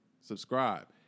Subscribe